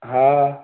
हा